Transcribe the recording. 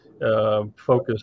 focused